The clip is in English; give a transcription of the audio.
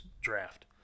draft